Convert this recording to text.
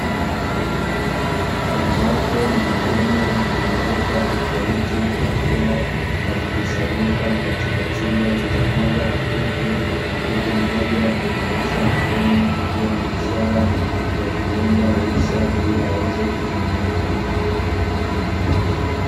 Wanawake na wanaume wenye rika tofauti wakiwa wamekusanyika katika chumba chenye mwanga hafifu, huku mmoja akinyoosha mkono ikiwa ni ishara ya kuomba ruhusa ili aweze kuzungumza.